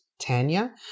Tanya